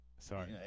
sorry